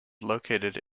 located